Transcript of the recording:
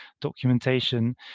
documentation